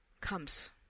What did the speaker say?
comes